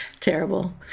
Terrible